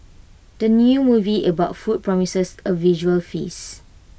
the new movie about food promises A visual feast